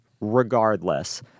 Regardless